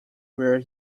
where